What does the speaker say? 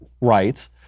rights